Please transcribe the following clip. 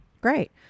Great